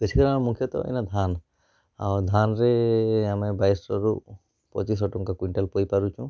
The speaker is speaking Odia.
ବେଶୀ କରି ଆମେ ମୁଖ୍ୟତଃ ଇନେ ଧାନ୍ ଆମର୍ ଧାନ୍ରେ ଆମେ ବାଇଶ୍ରୁ ପଚିଶହ ଟଙ୍କା କୁଇଣ୍ଟାଲ୍ ପାଇ ପାରୁଚୁଁ